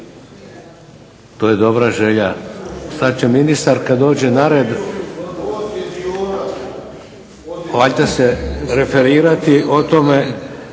To je dobra želja. Sada će ministar kada dođe na red, valjda se referirati o tome.